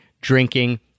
drinking